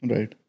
Right